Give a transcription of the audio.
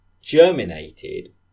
germinated